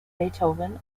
beethoven